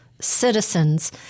citizens